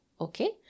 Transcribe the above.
okay